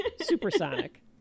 Supersonic